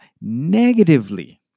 negatively